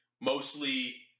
mostly